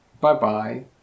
bye-bye